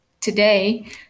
Today